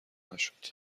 نشد